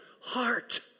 heart